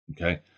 okay